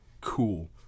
cool